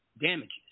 damages